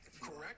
Correct